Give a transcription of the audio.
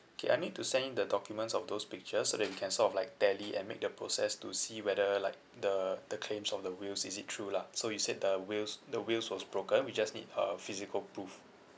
okay I need to send in the documents of those pictures so that we can sort of like tally and make the process to see whether like the the claims of the wheels is it true lah so you said the wheels the wheels was broken we just need a physical proof